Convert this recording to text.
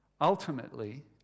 Ultimately